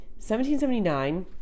1779